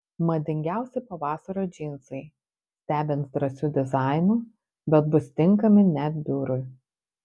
madingiausi pavasario džinsai stebins drąsiu dizainu bet bus tinkami net biurui